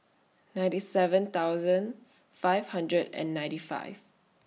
ninety seven thousand five hundred and ninety five